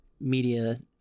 media